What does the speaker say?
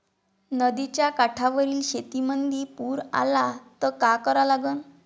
नदीच्या काठावरील शेतीमंदी पूर आला त का करा लागन?